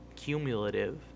cumulative